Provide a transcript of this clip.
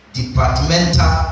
departmental